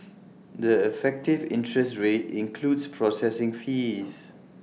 the effective interest rate includes processing fees